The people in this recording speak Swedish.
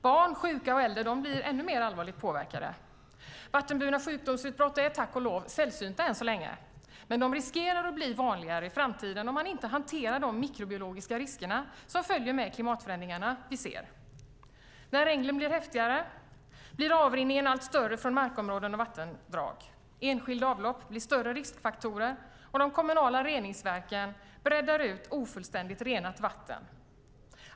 Barn, sjuka och äldre blir ännu mer allvarligt påverkade. Vattenburna sjukdomsutbrott är tack och lov sällsynta än så länge, men de riskerar att bli vanligare i framtiden om man inte hanterar de mikrobiologiska risker som följer med de klimatförändringar vi ser. När regnen blir häftigare blir avrinningen från markområden och vattendrag större. Enskilda avlopp blir större riskfaktorer, och de kommunala reningsverken bräddar ut ofullständigt renat vatten.